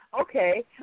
Okay